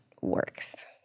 works